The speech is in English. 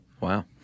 Wow